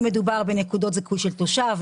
אם מדובר בנקודות זיכוי של תושב,